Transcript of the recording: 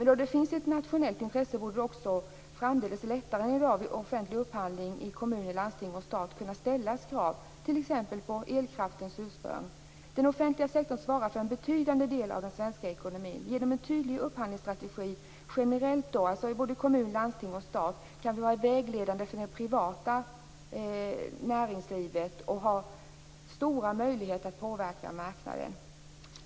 Då det finns ett nationellt intresse borde det också framdeles, lättare än i dag, vid offentlig upphandling i kommuner, landsting och stat kunna ställas krav, t.ex. på elkraftens ursprung. Den offentliga sektorn svarar för en betydande del av den svenska ekonomin. Genom en tydlig upphandlingsstrategi generellt, alltså i kommuner, landsting och stat, kan vi vara vägledande för det privata näringslivet och ha stora möjligheter att påverka marknaden.